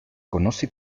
conoce